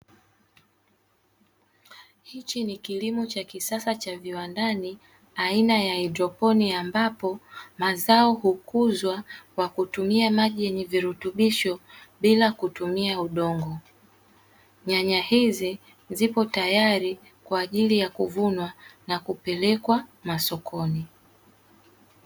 Hichi ni kilimo cha kisasa cha viwandani aina ya haidroponi, ambapo mazao hukuzwa wa kutumia maji yenye virutubisho bila kutumia udongo. Nyanya hizi zipo tayari kwa ajili ya kuvunwa na kupelekwa masokoni.